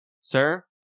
Sir